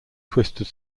twisted